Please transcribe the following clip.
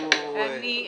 אני מציעה,